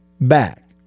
back